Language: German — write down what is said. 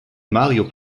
mario